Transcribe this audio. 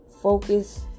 focus